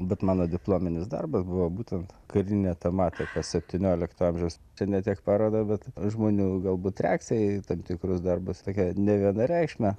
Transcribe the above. bet mano diplominis darbas buvo būtent karine tematika septyniolikto amžiaus tai ne tiek paroda bet žmonių galbūt reakcija į tam tikrus darbus tokia nevienareikšmė